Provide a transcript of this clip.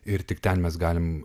ir tik ten mes galim